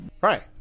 Right